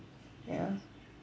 ya